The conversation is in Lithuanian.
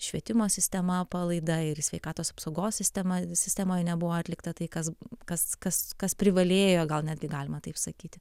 švietimo sistema palaida ir sveikatos apsaugos sistema sistemoje nebuvo atlikta tai kas kas kas kas privalėjo gal netgi galima taip sakyti